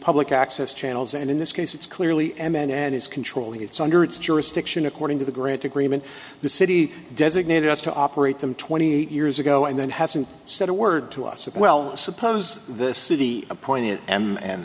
public access channels and in this case it's clearly m n and is controlling its under its jurisdiction according to the grant agreement the city designated us to operate them twenty eight years ago and then hasn't said a word to us of well suppose the city appoint it and